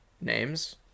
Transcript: names